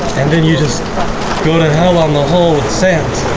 and then you just go to hell on the hull with sand.